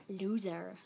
loser